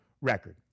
record